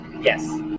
Yes